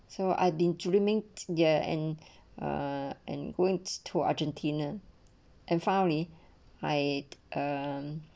so I've been dreaming ye and uh and going to argentina and found me i um